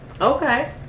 okay